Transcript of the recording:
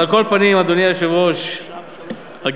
על כל פנים, אדוני היושב-ראש, הגירעון,